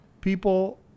people